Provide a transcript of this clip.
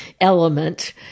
element